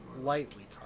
Lightly